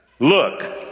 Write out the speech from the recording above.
Look